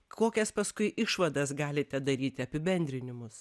kokias paskui išvadas galite daryti apibendrinimus